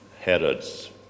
Herod's